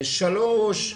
שלוש,